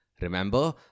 Remember